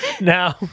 now